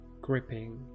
Gripping